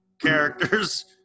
characters